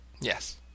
Yes